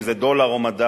אם זה דולר או מדד,